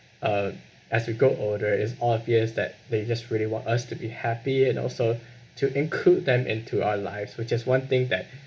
uh as we grow older it's obvious that they just really want us to be happy and also to include them into our lives with just one thing that